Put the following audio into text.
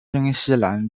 新西兰